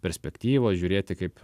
perspektyvos žiūrėti kaip